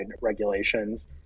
regulations